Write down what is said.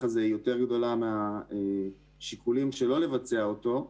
הזה גדולה יותר משיקולים שלא לבצע אותו.